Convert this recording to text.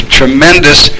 tremendous